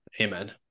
Amen